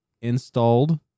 installed